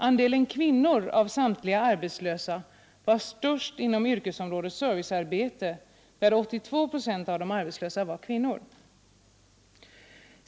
Andelen kvinnor av samtliga arbetslösa var störst inom yrkesområdet servicearbete, där 82 procent av de arbetslösa var kvinnor.